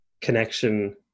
connection